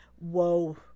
whoa